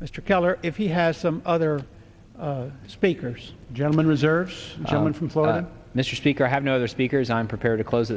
mr keller if he has some other speakers gentlemen reserves someone from florida mr speaker i have no other speakers i'm prepared to close